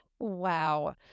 Wow